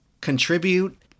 contribute